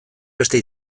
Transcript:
beste